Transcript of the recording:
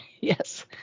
Yes